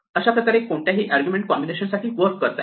अशाप्रकारे कोणत्याही argument combination साठी वर्क करता येते